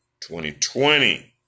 2020